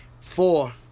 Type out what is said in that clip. Four